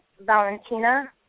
Valentina